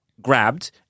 grabbed